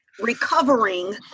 recovering